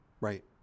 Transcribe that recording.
right